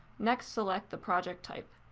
next, select the project type.